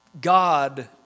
God